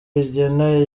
rigena